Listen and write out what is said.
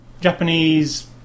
Japanese